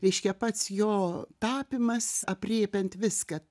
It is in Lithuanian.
reiškia pats jo tapimas aprėpiant viską